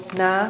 na